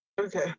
Okay